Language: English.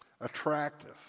attractive